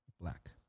black